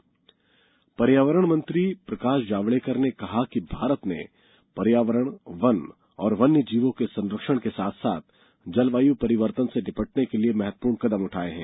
जावडेकर पर्यावरण मंत्री प्रकाश जावडेकर ने कहा है कि भारत ने पर्यावरण वन और वन्यजीवों के संरक्षण के साथ साथ जलवायु परिवर्तन से निपटने के लिए महत्वपूर्ण कदम उठाए हैं